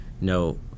No